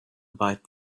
about